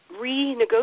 renegotiate